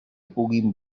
puguin